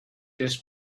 this